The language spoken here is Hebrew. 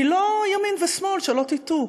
היא לא ימין ושמאל, שלא תטעו,